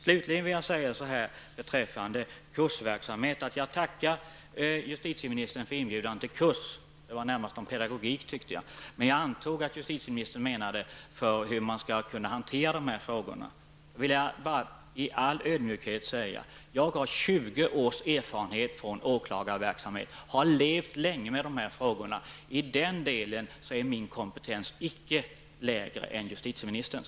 Slutligen vill jag säga beträffande kursverksamhet att jag tackar justitieministern för inbjudan till kurs. Det gällde närmast pedagogik tyckte jag. Jag antog att justitieministern menade hur man skall hantera de här frågorna. Då vill jag bara i all ödmjukhet säga att jag har 20 års erfarenhet från åklagarverksamhet och har levt länge med de här frågorna. I den delen är min kompetens icke lägre än justitieministerns.